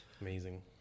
Amazing